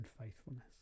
faithfulness